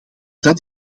dat